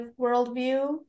worldview